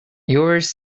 yours